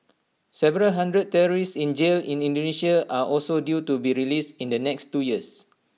several hundred terrorists in jail in Indonesia are also due to be released in the next two years